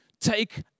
take